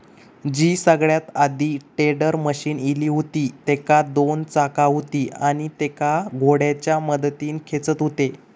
जी सगळ्यात आधी tedder machine इली हुती तेका दोन चाका हुती आणि तेका घोड्याच्या मदतीन खेचत हुते